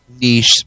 niche